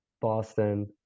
boston